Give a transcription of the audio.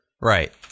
right